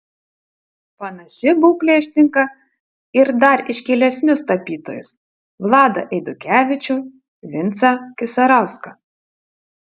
panaši būklė ištinka ir dar iškilesnius tapytojus vladą eidukevičių vincą kisarauską